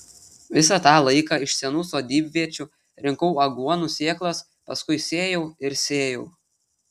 visą tą laiką iš senų sodybviečių rinkau aguonų sėklas paskui sėjau ir sėjau